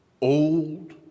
old